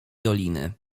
doliny